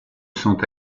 sont